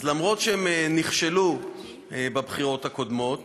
אז אף שהם נכשלו בבחירות הקודמות